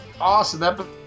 awesome